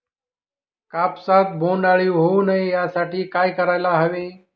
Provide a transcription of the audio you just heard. कापसात बोंडअळी होऊ नये यासाठी काय करायला हवे?